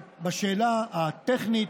בשאלה הטכנית,